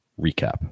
recap